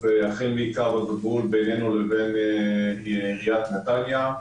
החל מקו הגבול בינינו לבין עיריית נתניה,